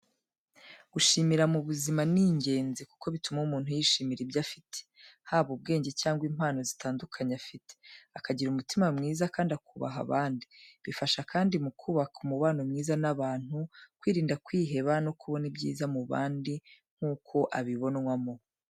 Gushimira mu buzima ni ingenzi kuko bituma umuntu yishimira ibyo afite, haba ubwenge cyangwa impano zitandukanye afite. Akagira umutima mwiza kandi akubaha abandi. Bifasha kandi mu kubaka umubano mwiza n’abantu, kwirinda kwiheba no kubona ibyiza mu bandi nk'uko abibonwamo.